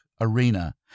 Arena